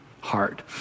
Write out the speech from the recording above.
heart